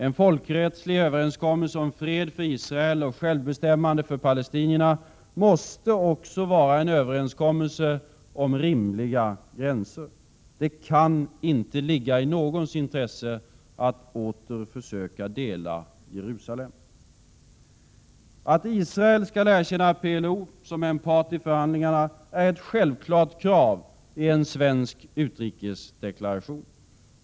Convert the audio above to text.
En folkrättslig överenskommelse om fred för israelerna och självbestämmande för palestinierna måste också vara en överenskommelse om rimliga gränser. Det kan inte ligga i någons intresse att åter försöka dela Jerusalem. Att Israel skall erkänna PLO som en part i förhandlingar är ett självklart krav i en svensk utrikesdeklaration.